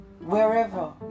wherever